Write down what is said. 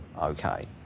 okay